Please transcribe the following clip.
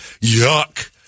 Yuck